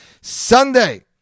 Sunday